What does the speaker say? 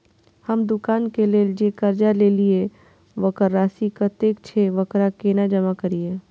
हम दुकान के लेल जे कर्जा लेलिए वकर राशि कतेक छे वकरा केना जमा करिए?